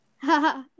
Haha